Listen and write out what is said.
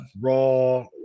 Raw